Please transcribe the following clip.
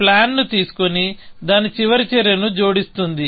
ఇది ప్లాన్ ను తీసుకొని దాని చివర చర్యను జోడిస్తుంది